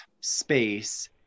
space